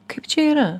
kaip čia yra